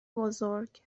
بزرگ